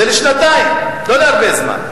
זה לשנתיים, לא להרבה זמן.